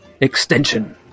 extension